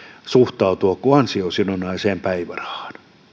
suhtautua kuin ansiosidonnaiseen päivärahaan